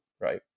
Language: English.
right